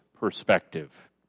perspective